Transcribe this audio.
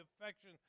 affection